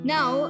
Now